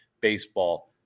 baseball